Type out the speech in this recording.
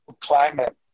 climate